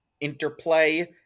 interplay